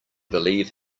believe